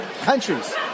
Countries